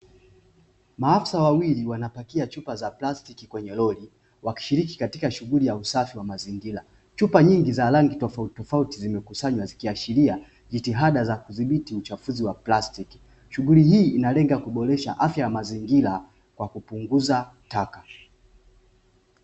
Maafisa wawili wanapakia chupa za plastiki kwenye lori wakishiriki katika shughuli ya usafi wa mazingira. Chupa nyingi za rangi tofautitofauti zimekusanywa ikiashiria jitihada za kudhibiti uchafuzi wa plastiki. Shughuli hii inalenga kuboresha afya ya mazingira kwa kupunguza taka.